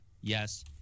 yes